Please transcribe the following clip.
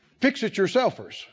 fix-it-yourselfers